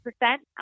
percent